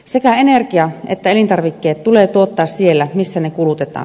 sekä energia että elintarvikkeet tulee tuottaa siellä missä ne kulutetaan